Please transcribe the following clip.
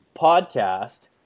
podcast